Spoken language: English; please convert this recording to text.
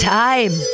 time